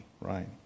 right